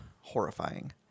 horrifying